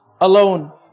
alone